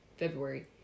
February